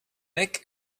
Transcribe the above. nick